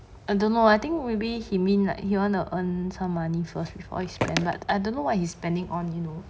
I don't know I think maybe he mean like he want to earn some money first before he spend but I don't know what he's spending on you